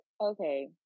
okay